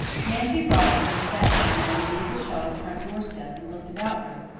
nancy rogerson sat down on louisa shaw's front doorstep and looked about her,